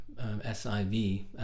S-I-V